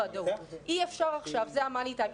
זה ה-money time,